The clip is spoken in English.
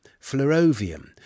fluorovium